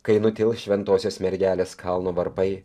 kai nutils šventosios mergelės kalno varpai